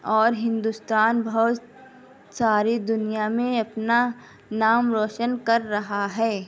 اور ہندوستان بہت ساری دنیا میں اپنا نام روشن کر رہا ہے